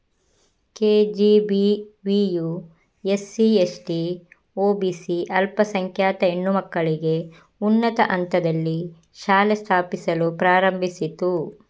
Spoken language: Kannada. ಕೆ.ಜಿ.ಬಿ.ವಿಯು ಎಸ್.ಸಿ, ಎಸ್.ಟಿ, ಒ.ಬಿ.ಸಿ ಅಲ್ಪಸಂಖ್ಯಾತ ಹೆಣ್ಣು ಮಕ್ಕಳಿಗೆ ಉನ್ನತ ಹಂತದಲ್ಲಿ ಶಾಲೆ ಸ್ಥಾಪಿಸಲು ಪ್ರಾರಂಭಿಸಿತು